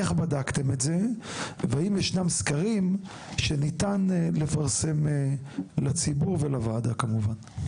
איך בדקתם את זה והאם ישנם סקרים שניתן לפרסם לציבור ולוועדה כמובן.